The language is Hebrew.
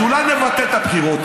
אז אולי נבטל את הבחירות?